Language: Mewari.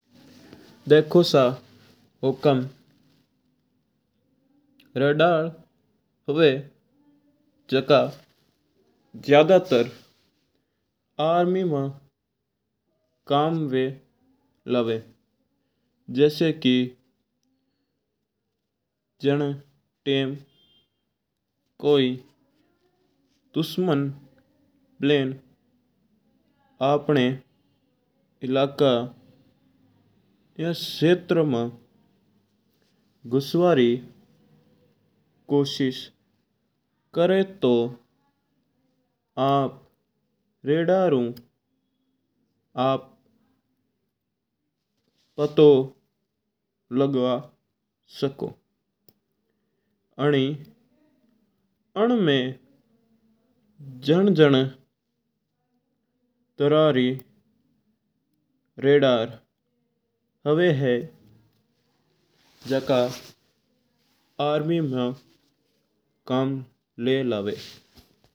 देखो सा हुकम राडार हुआ जका ज्यादा त्रार आर्मी वा कम्म री लावा। जैसा का जना टाइम कोई दुश्मन प्लेन अपना इलाका में क्षेत्र में घुसवा री कोशिश करा तूं आ राडार आप पतो लगवा सको। आणि आमा जन-जन तरह री राडार हुआ है जो आर्मी में काम आवा है।